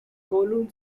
kowloon